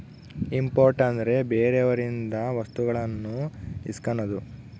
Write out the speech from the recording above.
import ಅಂದ್ರೆ ಬೇರೆಯವರಿಂದ ವಸ್ತುಗಳನ್ನು ಇಸ್ಕನದು